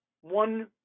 one